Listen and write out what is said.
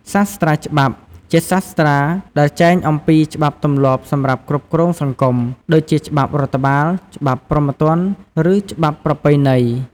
សាស្ត្រាច្បាប់ ជាសាស្ត្រាដែលចែងអំពីច្បាប់ទម្លាប់សម្រាប់គ្រប់គ្រងសង្គម ដូចជាច្បាប់រដ្ឋបាល ច្បាប់ព្រហ្មទណ្ឌ ឬច្បាប់ប្រពៃណី។